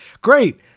great